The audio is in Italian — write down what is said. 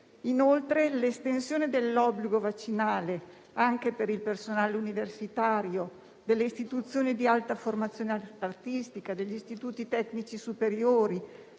Inoltre, l'estensione dell'obbligo vaccinale anche per il personale universitario, delle istituzioni di alta formazione artistica, degli istituti tecnici superiori;